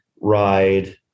ride